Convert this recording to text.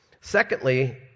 Secondly